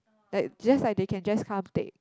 like just like they can just come to take